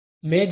મેં જોયું